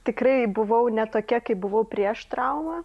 tikrai buvau ne tokia kaip buvau prieš traumą